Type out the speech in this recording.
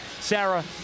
Sarah